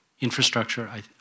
infrastructure